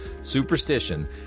superstition